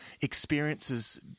experiences